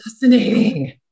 fascinating